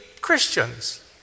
Christians